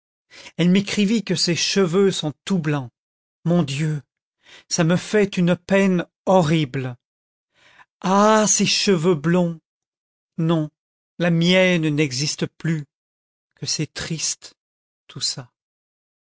elle m'écrit que ses cheveux sont tout blancs mon dieu ça m'a fait une peine horrible ah ses cheveux blonds non la mienne n'existe plus que c'est triste tout ça